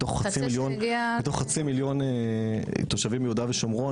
בתוך חצי מיליון בתוך חצי מיליון תושבים מיהודה ושומרון,